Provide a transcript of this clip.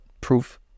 proof